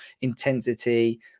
intensity